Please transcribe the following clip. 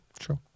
sure